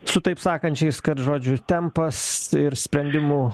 su taip sakančiais kad žodžiu tempas ir sprendimų